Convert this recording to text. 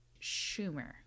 schumer